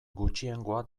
gutxiengoa